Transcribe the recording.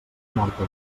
morta